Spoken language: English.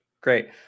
great